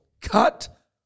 cut